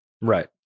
Right